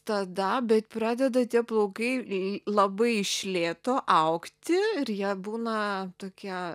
tada bet pradeda tie plaukai labai iš lėto augti ir jie būna tokie